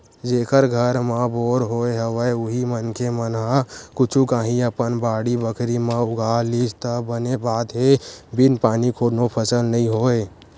जेखर घर म बोर होय हवय उही मनखे मन ह कुछु काही अपन बाड़ी बखरी म उगा लिस त बने बात हे बिन पानी कोनो फसल नइ होय